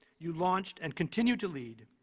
you launched, and continue to lead,